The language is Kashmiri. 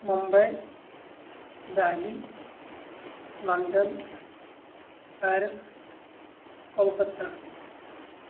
Mumbai Delhi London Paris Kolkata